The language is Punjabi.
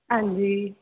ਹਾਂਜੀ